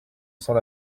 sans